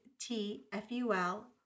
T-F-U-L